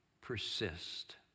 persist